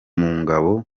ngabo